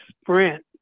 sprint